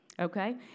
Okay